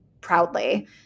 proudly